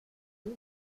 too